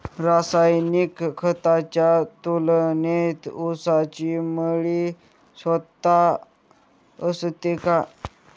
रासायनिक खतांच्या तुलनेत ऊसाची मळी स्वस्त असते का?